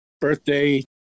birthday